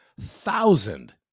thousand